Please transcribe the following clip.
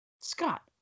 Scott